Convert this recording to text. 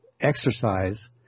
exercise